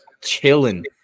chilling